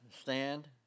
stand